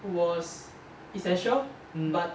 was essential but